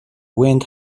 wind